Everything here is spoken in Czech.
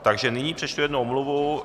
Takže nyní přečtu jednu omluvu.